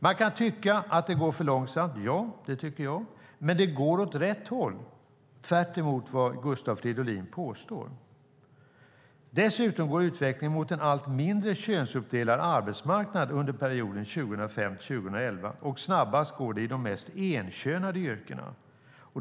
Man kan tycka att det går för långsamt - ja, det tycker jag - men det går åt rätt håll, tvärtemot vad Fridolin påstår! Dessutom går utvecklingen mot en allt mindre könsuppdelad arbetsmarknad under perioden 2005-2011, och snabbast går det i de mest enkönade yrkena.